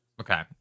Okay